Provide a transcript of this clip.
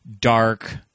dark